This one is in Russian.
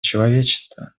человечества